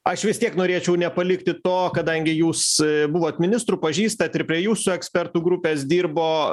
aš vis tiek norėčiau nepalikti to kadangi jūs buvot ministru pažįstat ir prie jūsų ekspertų grupės dirbo